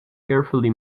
carefully